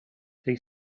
they